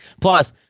Plus